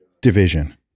division